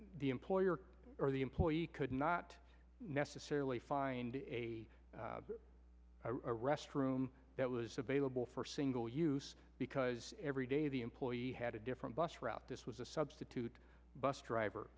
the employer or the employee could not necessarily find a restroom that was available for single use because every day the employee had a different bus route this was a substitute bus driver